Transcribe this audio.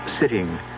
sitting